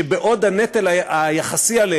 אתם, המוסדות החרדיים הקטנים, תתאחדו, ביחד.